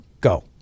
Go